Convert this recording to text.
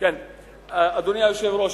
אדוני היושב-ראש,